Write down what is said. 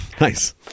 Nice